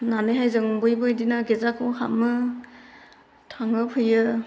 होन्नानैहाय जों बयबो बिदिनो गिर्जाखौ हाबो थांङो फैयो